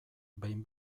behin